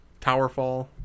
Towerfall